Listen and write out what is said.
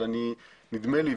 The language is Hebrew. אבל נדמה לי,